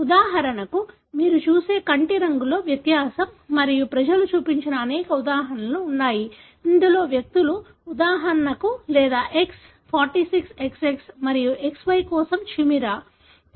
ఉదాహరణకు మీరు చూసే కంటి రంగులో వ్యత్యాసం మరియు ప్రజలు చూపించిన అనేక ఉదాహరణలు ఉన్నాయి ఇందులో వ్యక్తులు ఉదాహరణకు లేదా X 46XX మరియు XY కోసం చిమెరా